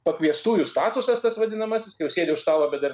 pakviestųjų statusas tas vadinamasis jau sėdi už stalo bet dar